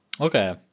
okay